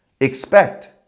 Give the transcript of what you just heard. expect